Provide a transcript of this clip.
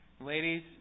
Ladies